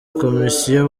komisiyo